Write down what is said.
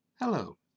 Hello